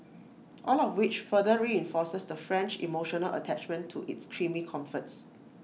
all of which further reinforces the French emotional attachment to its creamy comforts